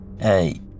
Hey